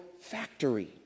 factory